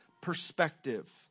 perspective